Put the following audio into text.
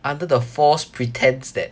under the false pretence that